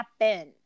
happen